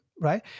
right